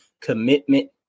commitment